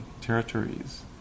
territories